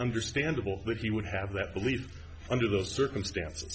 understandable that he would have that belief under those circumstances